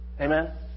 Amen